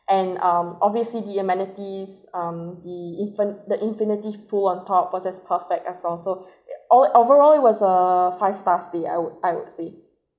and um obviously the amenities um the infan~ the infinity pool on top was as perfect as also all overall it was a five stars stay I would I would say